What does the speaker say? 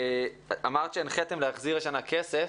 אמרת שהנחיתם להחזיר השנה כסף